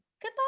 Goodbye